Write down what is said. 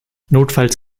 notfalls